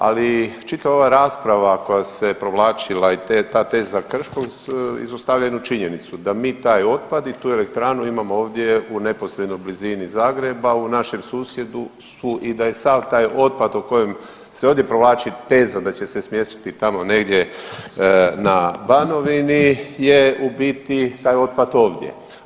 Ali čitava ova rasprava koja se provlačila i ta teza Krškog izostavlja jednu činjenicu, da mi taj otpad i tu elektranu imamo ovdje u neposrednoj blizini Zagreba, u našem susjedstvu i da je sav taj otpad o kojem se ovdje provlači teza da će se smjestiti tamo negdje na Banovini je u biti taj otpad ovdje.